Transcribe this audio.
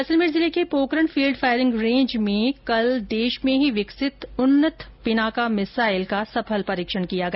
जैसलमेर जिले के Pokhran field firing range में कल देश में ही विकसित उन्नत पिनाका मिसाईल एमबीआरएल का सफल परीक्षण किया गया